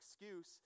excuse